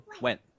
went